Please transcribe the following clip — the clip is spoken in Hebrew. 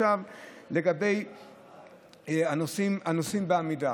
לגבי הנוסעים בעמידה,